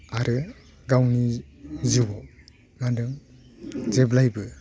आरो गावनि जिउआव मा होनदों जेब्लायबो